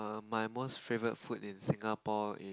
my most favourite food in Singapore is